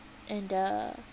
and the